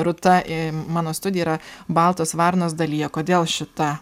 rūta į mano studiją yra baltos varnos dalija kodėl šita